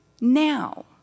now